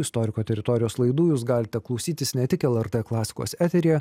istoriko teritorijos laidų jūs galite klausytis ne tik lrt klasikos eteryje